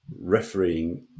refereeing